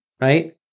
right